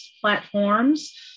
platforms